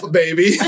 baby